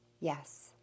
Yes